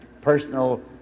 personal